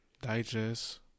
Digest